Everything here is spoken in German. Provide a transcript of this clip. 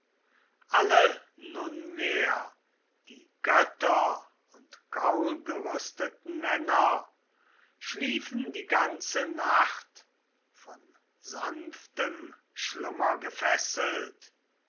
alle numehr die götter und gaulgerüsteten männer schliefen die ganze nacht von sanftem schlummer gefesselt